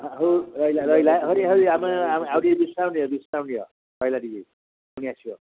ହଉ ରହିଲା ରହିଲା ହରି ହରି ଆମେ ଆଉ ଆଉ ଟିକେ ବିଶ୍ରାମ ନିିଅ ବିଶ୍ରାମ ନିିଅ ରହିଲା ଟିକେ ପୁଣି ଆସିବ